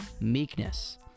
meekness